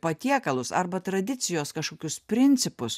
patiekalus arba tradicijos kažkokius principus